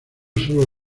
sólo